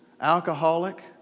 alcoholic